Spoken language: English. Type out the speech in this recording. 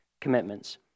commitments